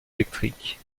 électrique